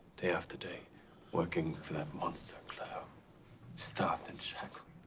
day after day working for that monster clowe starved and shackled.